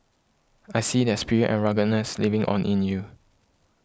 I see their spirit and ruggedness living on in you